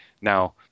Now